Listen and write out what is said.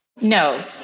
No